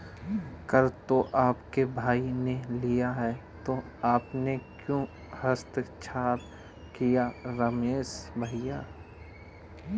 कर तो आपके भाई ने लिया है तो आपने क्यों हस्ताक्षर किए रमेश भैया?